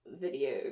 Video